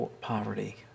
poverty